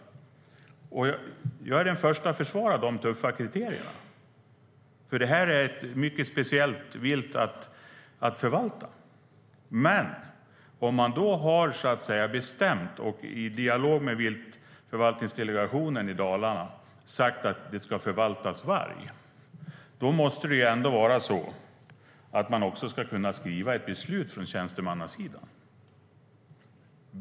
Jag är den förste att försvara dessa tuffa kriterier, för detta är ett mycket speciellt vilt att förvalta. Men om man har bestämt och i dialog med Viltförvaltningsdelegationen i Dalarna sagt att det ska förvaltas varg måste tjänstemännen också kunna skriva ett beslut.